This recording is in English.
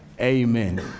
amen